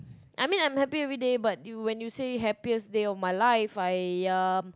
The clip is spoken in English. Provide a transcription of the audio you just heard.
I mean I'm happy every day but you when you say happiest day of my life I ya